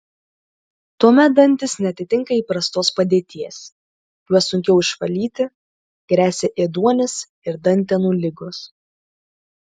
tuomet dantys neatitinka įprastos padėties juos sunkiau išvalyti gresia ėduonis ir dantenų ligos